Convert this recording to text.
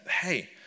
hey